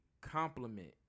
compliment